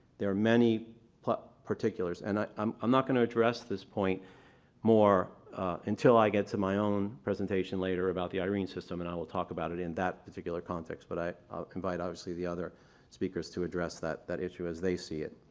there are many particulars and i um i'm not going to address this point more until i get to my own presentation later about the irene system and i will talk about it in that particular context, but i i'll invite obviously the other speakers to address that that issue as they see it.